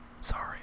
Sorry